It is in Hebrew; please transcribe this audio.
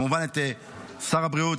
כמובן את שר הבריאות,